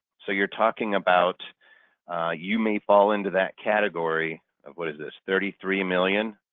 so you're talking about you may fall into that category of what is this, thirty three million